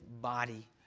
body